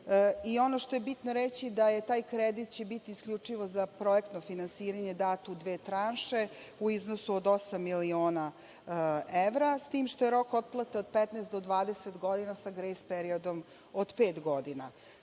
što je bitno reći je da će taj kredit biti isključivo za projektno finansiranje dat u dve tranše u iznosu od osam miliona evra, s tim što je rok otplate od 15 do 20 godina sa grejs periodom od pet godina. Treba